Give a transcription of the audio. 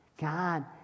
God